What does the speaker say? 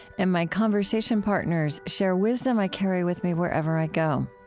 and my conversation partners share wisdom i carry with me wherever i go.